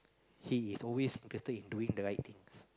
he is always better in doing the right things